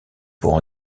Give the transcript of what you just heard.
pour